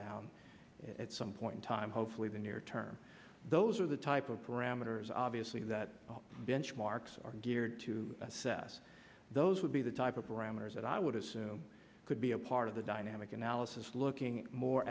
down at some point in time hopefully the near term those are the type of parameters obviously that benchmarks are geared to assess those would be the type of parameters that i would assume could be a part of the dynamic analysis looking more